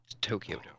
Tokyo